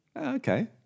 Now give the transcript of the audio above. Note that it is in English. Okay